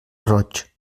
roig